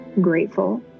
grateful